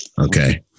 Okay